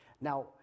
Now